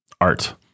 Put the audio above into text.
art